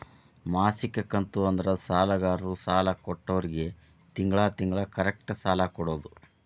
ಮಾಸಿಕ ಕಂತು ಅಂದ್ರ ಸಾಲಗಾರರು ಸಾಲ ಕೊಟ್ಟೋರ್ಗಿ ತಿಂಗಳ ತಿಂಗಳ ಕರೆಕ್ಟ್ ಸಾಲ ಕೊಡೋದ್